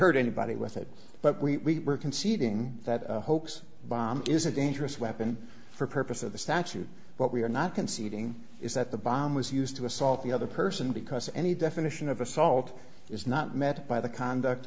hurt anybody with it but we are conceding that hoax bomb is a dangerous weapon for purpose of the statute but we are not conceding is that the bomb was used to assault the other person because any definition of assault is not met by the conduct